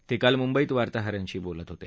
ते काल मुंबईत वार्ताहरांशी बोलत होते